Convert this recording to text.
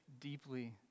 deeply